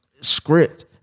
script